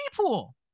pool